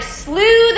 slew